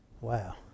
Wow